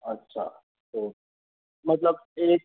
अच्छा तो मतलब एक